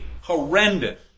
Horrendous